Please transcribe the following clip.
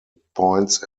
points